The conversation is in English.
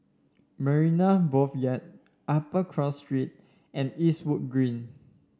Marina Boulevard Upper Cross Street and Eastwood Green